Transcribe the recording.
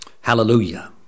Hallelujah